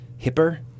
hipper